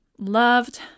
loved